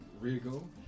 Regal